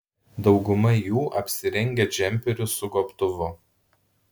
dauguma jų apsirengę džemperiu su gobtuvu